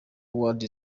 awards